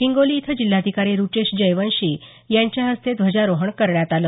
हिंगोली इथं जिल्हाधिकारी रूचेश जयवंशी यांच्या हस्ते ध्वजारोहण करण्यात आलं